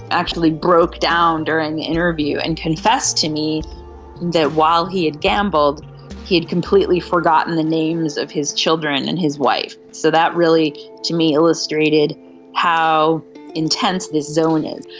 actually broke down during the interview and confessed to me that while he had gambled he had completely forgotten the names of his children and his wife. so that really to me illustrated how intense this zone is.